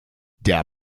der